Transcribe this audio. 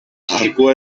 arkua